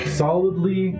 solidly